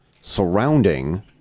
surrounding